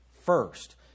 first